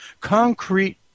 concrete